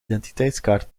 identiteitskaart